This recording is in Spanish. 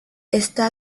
esta